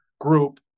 group